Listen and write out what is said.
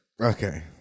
Okay